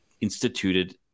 instituted